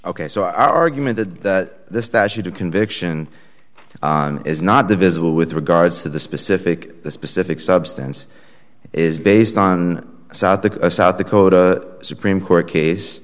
ok so argument that the statute of conviction is not visible with regards to the specific the specific substance is based on south south dakota supreme court case